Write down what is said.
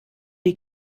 die